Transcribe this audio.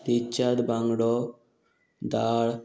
ती चार बांगडो दाळ